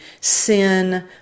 sin